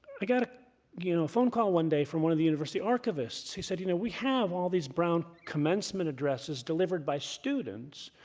i got a you know phone call one day from one of the university archivists who said, you know we have all these brown commencement addresses delivered by students,